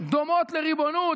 דומות לריבונות,